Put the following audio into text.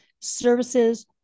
services